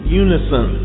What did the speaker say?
unison